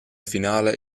finala